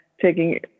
taking